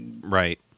Right